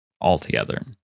altogether